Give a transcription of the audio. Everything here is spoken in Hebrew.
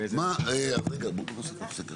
אנחנו נעשה הפסקה